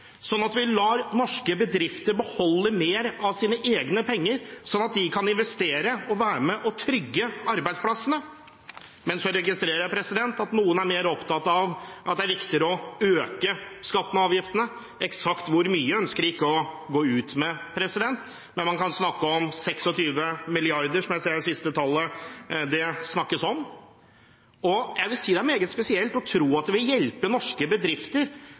at vi lar norske bedrifter beholde mer av sine egne penger, slik at de kan investere og være med på å trygge arbeidsplassene. Men så registrerer jeg at noen er mer opptatt av at det er viktigere å øke skattene og avgiftene. Eksakt hvor mye ønsker de ikke å gå ut med, men man snakker om 26 mrd. kr, som jeg ser er det siste tallet det snakkes om. Og jeg vil si at det er meget spesielt å tro at det vil hjelpe norske bedrifter